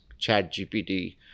ChatGPT